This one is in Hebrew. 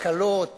והתקלות